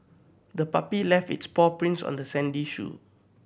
the puppy left its paw prints on the sandy shoe